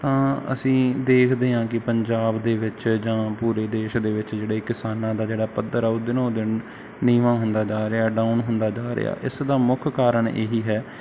ਤਾਂ ਅਸੀਂ ਦੇਖਦੇ ਹਾਂ ਕਿ ਪੰਜਾਬ ਦੇ ਵਿੱਚ ਜਾਂ ਪੂਰੇ ਦੇਸ਼ ਦੇ ਵਿੱਚ ਜਿਹੜੇ ਕਿਸਾਨਾਂ ਦਾ ਜਿਹੜਾ ਪੱਧਰ ਆ ਉਹ ਦਿਨੋਂ ਦਿਨ ਨੀਵਾਂ ਹੁੰਦਾ ਜਾ ਰਿਹਾ ਡਾਊਨ ਹੁੰਦਾ ਜਾ ਰਿਹਾ ਇਸ ਦਾ ਮੁੱਖ ਕਾਰਨ ਇਹੀ ਹੈ